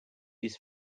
his